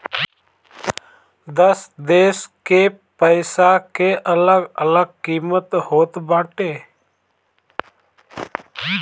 सब देस के पईसा के अलग अलग किमत होत बाटे